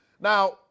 Now